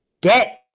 Get